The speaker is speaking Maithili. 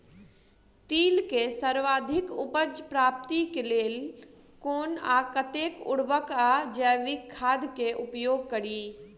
तिल केँ सर्वाधिक उपज प्राप्ति केँ लेल केँ कुन आ कतेक उर्वरक वा जैविक खाद केँ उपयोग करि?